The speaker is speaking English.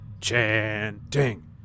Chanting